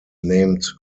named